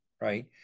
right